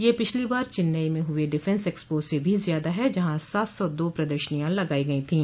ये पिछली बार चेन्नई में हुए डिफेंस एक्स्पो से भी ज्यादा है जहां सात सौ दो प्रदर्शनियां लगाई गई थीं